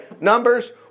Numbers